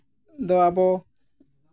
ᱫᱚ ᱟᱵᱚ